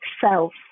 self